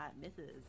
misses